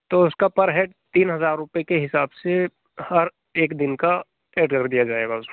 तो उसका per head तीन हजार रुपए के हिसाब से हर एक दिन का एड कर दिया जाएगा उसमें